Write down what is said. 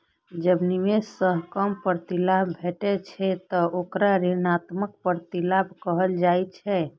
जब निवेश सं कम प्रतिलाभ भेटै छै, ते ओकरा ऋणात्मक प्रतिलाभ कहल जाइ छै